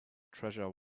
treasure